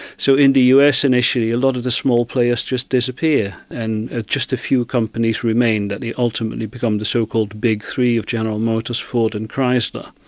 so in the us initially a lot of the small players just disappear and just a few companies remain that ultimately become the so-called big three of general motors, ford and chrysler.